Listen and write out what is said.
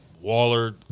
Waller